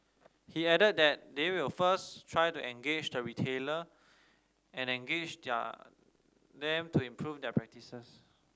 he added that they will first try to engage the retailer and engage their them to improve their practices